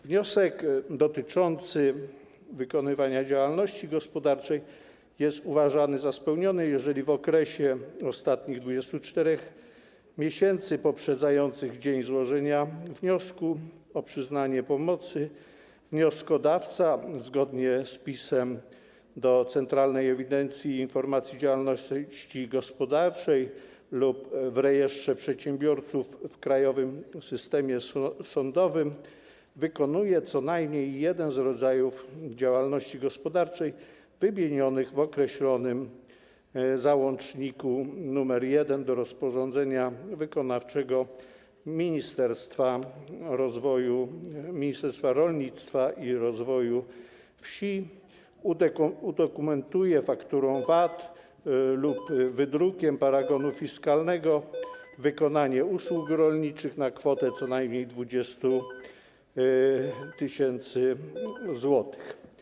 Wniosek dotyczący wykonywania działalności gospodarczej jest uważany za spełniony, jeżeli w okresie ostatnich 24 miesięcy poprzedzających dzień złożenia wniosku o przyznanie pomocy wnioskodawca, zgodnie z wpisem do Centralnej Ewidencji i Informacji o Działalności Gospodarczej lub w rejestrze przedsiębiorców w Krajowym Rejestrze Sądowym wykonuje co najmniej jeden z rodzajów działalności gospodarczej wymienionych w określonym załączniku nr 1 do rozporządzenia wykonawczego Ministerstwa Rolnictwa i Rozwoju Wsi i udokumentuje fakturą VAT lub wydrukiem paragonu fiskalnego wykonanie usług rolniczych na kwotę co najmniej 20 tys. zł.